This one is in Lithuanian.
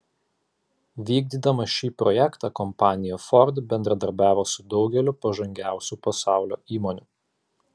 vykdydama šį projektą kompanija ford bendradarbiavo su daugeliu pažangiausių pasaulio įmonių